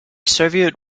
soviet